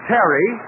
Terry